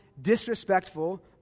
disrespectful